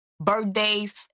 birthdays